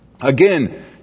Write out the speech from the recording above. Again